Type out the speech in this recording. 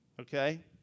Okay